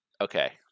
Okay